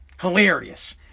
hilarious